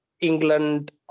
England